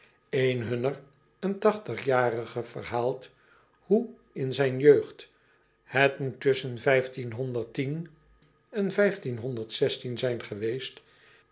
en hunner een tachtigjarige verhaalt hoe in zijn jeugd t moet tusschen en zijn geweest